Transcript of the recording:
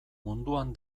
munduan